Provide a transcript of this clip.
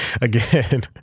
again